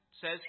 says